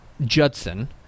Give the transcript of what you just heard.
Judson